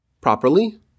properly